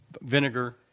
vinegar